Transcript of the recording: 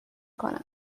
کنم